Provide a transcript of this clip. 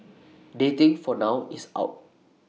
dating for now is out